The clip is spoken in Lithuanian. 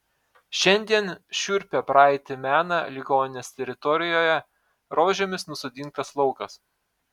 šiandien šiurpią praeitį mena ligoninės teritorijoje rožėmis nusodintas laukas